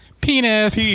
penis